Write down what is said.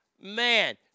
Man